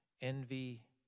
envy